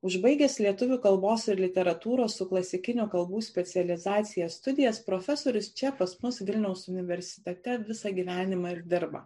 užbaigęs lietuvių kalbos ir literatūros su klasikinių kalbų specializacija studijas profesorius čia pas mus vilniaus universitete visą gyvenimą ir dirba